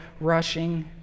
rushing